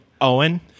Owen